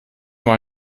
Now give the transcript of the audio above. mal